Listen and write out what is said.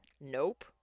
Nope